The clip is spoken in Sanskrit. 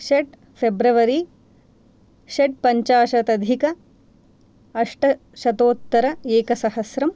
षट् फ़ेब्रवरी षट् पञ्चाशदधिक अष्टशतोत्तर एक सहस्रम्